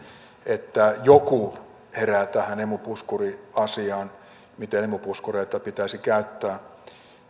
että joku herää tähän emu puskuriasiaan siihen miten emu puskureita pitäisi käyttää